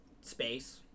space